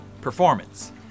performance